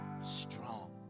strong